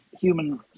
human